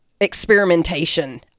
experimentation